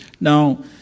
now